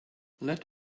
let